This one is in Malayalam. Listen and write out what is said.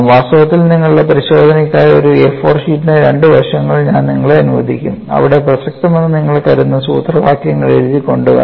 വാസ്തവത്തിൽ നിങ്ങളുടെ പരിശോധനയ്ക്കായി ഒരു A4 ഷീറ്റിന്റെ രണ്ട് വശങ്ങൾ ഞാൻ നിങ്ങളെ അനുവദിക്കും അവിടെ പ്രസക്തമെന്ന് നിങ്ങൾ കരുതുന്ന സൂത്രവാക്യങ്ങൾ എഴുതിക്കൊണ്ടു വരണം